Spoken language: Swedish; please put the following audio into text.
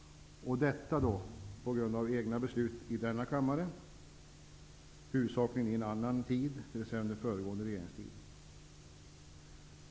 Och detta på grund av egna beslut i denna kammare -- huvudsakligen i en annan tid, dvs. under föregående regeringstid!